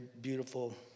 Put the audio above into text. beautiful